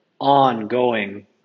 ongoing